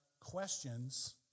questions